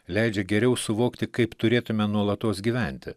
leidžia geriau suvokti kaip turėtume nuolatos gyventi